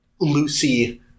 Lucy